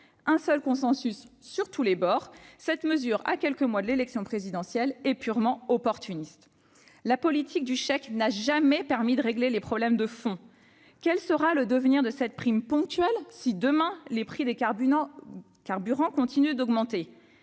un consensus se dessine : cette mesure, à quelques mois de l'élection présidentielle, est purement opportuniste. La politique du chèque n'a jamais permis de régler les problèmes de fond. Quel est le devenir de cette prime ponctuelle si, demain, les prix des carburants continuent d'augmenter ?